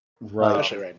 Right